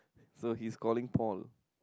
so his calling Paul